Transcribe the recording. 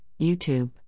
YouTube